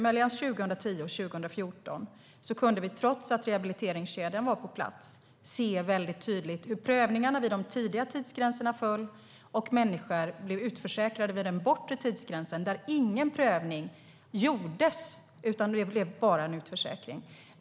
Mellan 2010 och 2014 kunde vi, trots att rehabiliteringskedjan var på plats, se väldigt tydligt hur prövningarna vid de tidiga tidsgränserna föll ut och hur människor blev utförsäkrade vid den bortre tidsgränsen, där ingen prövning gjordes utan det bara blev en utförsäkring.